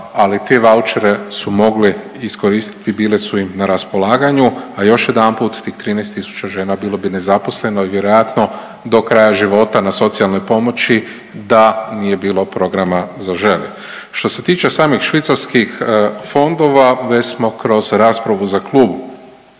ali ti vaučere su mogli iskoristiti, bile su im na raspolaganju, a još jedanput, tih 13 000 žena bilo bi nezaposleno i vjerojatno do kraja života na socijalnoj pomoći da nije bilo programa Zaželi. Što se tiče samih švicarskih fondova, već smo kroz raspravu za klub